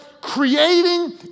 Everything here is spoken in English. creating